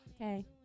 Okay